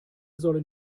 sollen